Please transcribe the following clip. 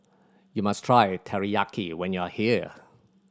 you must try Teriyaki when you are here